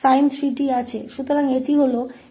तो हमारे पास यह 73sin 3t है